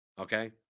okay